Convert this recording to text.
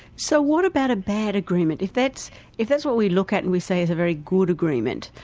so what about a bad agreement? if that's if that's what we look at and we say it's a very good agreement,